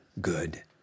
good